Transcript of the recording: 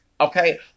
okay